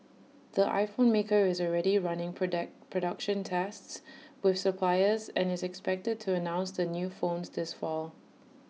the iPhone maker is already running product production tests with suppliers and is expected to announce the new phones this fall